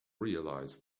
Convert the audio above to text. realise